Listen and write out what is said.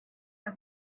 war